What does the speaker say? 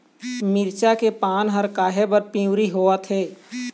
मिरचा के पान हर काहे बर पिवरी होवथे?